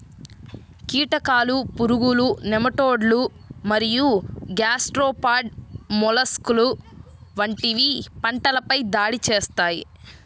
కీటకాలు, పురుగులు, నెమటోడ్లు మరియు గ్యాస్ట్రోపాడ్ మొలస్క్లు వంటివి పంటలపై దాడి చేస్తాయి